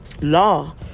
Law